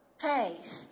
faith